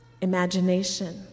imagination